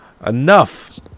Enough